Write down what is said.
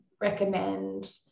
recommend